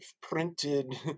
printed